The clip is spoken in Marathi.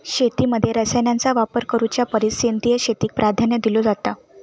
शेतीमध्ये रसायनांचा वापर करुच्या परिस सेंद्रिय शेतीक प्राधान्य दिलो जाता